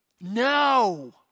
No